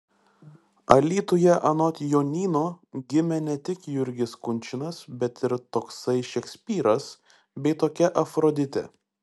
alytuje anot jonyno gimė ne tik jurgis kunčinas bet ir toksai šekspyras bei tokia afroditė